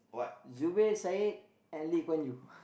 Zubir Said and Lee Kuan Yew